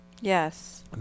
Yes